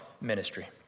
ministry